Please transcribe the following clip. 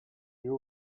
you